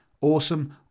Awesome